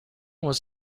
was